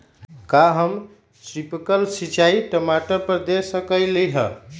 का हम स्प्रिंकल सिंचाई टमाटर पर दे सकली ह?